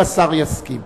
אם השר יסכים.